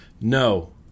no